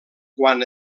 quan